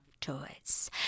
toys